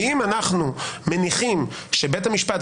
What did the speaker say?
ואם אנחנו מניחים שבית המשפט,